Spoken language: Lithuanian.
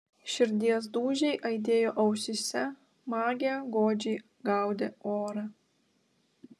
širdies dūžiai aidėjo ausyse magė godžiai gaudė orą